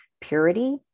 purity